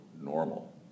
normal